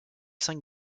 cinq